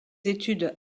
études